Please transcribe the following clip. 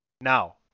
now